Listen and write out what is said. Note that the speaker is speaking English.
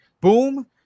Boom